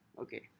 Okay